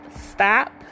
Stop